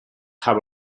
have